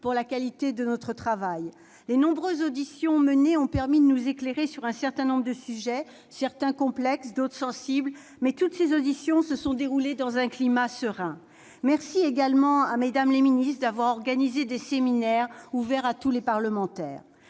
pour la qualité de notre travail. Les nombreuses auditions menées ont permis de nous éclairer sur un certain nombre de sujets. Certains étaient complexes, d'autres sensibles, mais toutes ces auditions se sont déroulées dans un climat serein. Je remercie également Mmes les ministres d'avoir organisé des séminaires ouverts à tous les parlementaires.